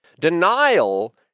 Denial